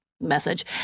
message